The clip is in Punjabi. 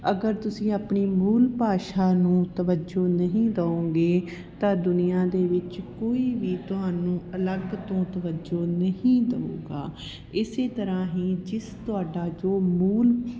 ਅਗਰ ਤੁਸੀਂ ਆਪਣੀ ਮੂਲ ਭਾਸ਼ਾ ਨੂੰ ਤਵੱਜੋ ਨਹੀਂ ਦਿਉਗੇ ਤਾਂ ਦੁਨੀਆ ਦੇ ਵਿੱਚ ਕੋਈ ਵੀ ਤੁਹਾਨੂੰ ਅਲੱਗ ਤੋਂ ਤਵੱਜੋ ਨਹੀਂ ਦਊਗਾ ਇਸੇ ਤਰ੍ਹਾਂ ਹੀ ਜਿਸ ਤੁਹਾਡਾ ਜੋ ਮੂਲ